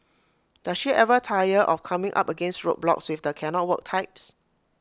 does she ever tire of coming up against roadblocks with the cannot work types